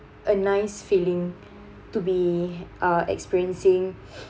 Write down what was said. a nice feeling to be uh experiencing